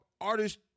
artists